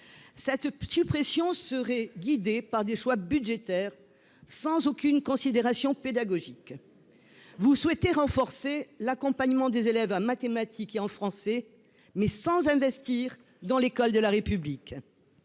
Cette suppression serait guidée par des choix budgétaires, sans aucune considération pédagogique. Vous souhaitez renforcer l'accompagnement des élèves en mathématiques et en français, mais sans investir dans l'école de la République.